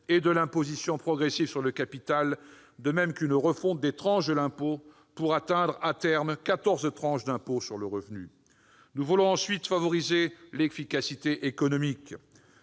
et de l'imposition progressive sur le capital, de même qu'une refonte des tranches de l'impôt, pour atteindre, à terme, quatorze tranches d'impôt sur le revenu. Nous voulons, ensuite, favoriser l'efficacité économique.